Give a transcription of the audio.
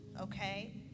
Okay